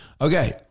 Okay